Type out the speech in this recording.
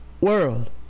World